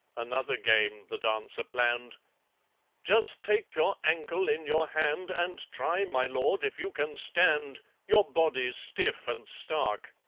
another game the dancer planned just take your ankle in your hand, and try, my lord, if you can stand your body stiff and stark.